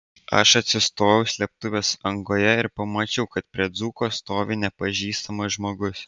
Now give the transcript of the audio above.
aš atsistojau slėptuvės angoje ir pamačiau kad prie dzūko stovi nepažįstamas žmogus